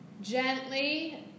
Gently